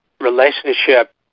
relationship